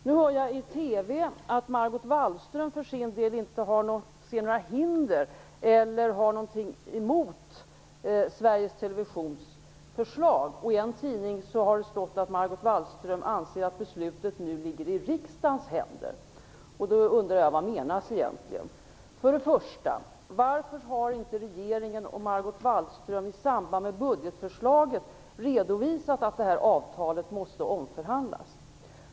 Nu hör jag i TV att Margot Wallström för sin del inte ser några hinder för eller har någonting emot Sveriges Televisions förslag. I en tidning har det stått att Margot Wallström anser att beslutet nu ligger i riksdagens händer. Jag undrar vad som egentligen menas. För det första: Varför har inte regeringen och Margot Wallström i samband med budgetförslaget redovisat att avtalet måste omförhandlas?